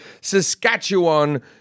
Saskatchewan